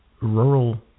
rural